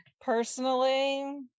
Personally